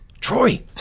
Troy